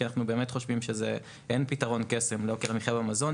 כי אנחנו באמת חושבים שאין פתרון קסם ליוקר המחיה במזון.